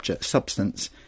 substance